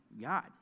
God